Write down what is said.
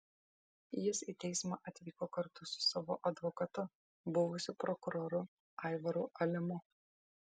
jis į teismą atvyko kartu su savo advokatu buvusiu prokuroru aivaru alimu